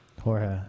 Jorge